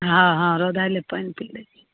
हँ हँ रौदाएले पानि पी लै छी